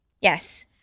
Yes